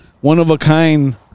One-of-a-kind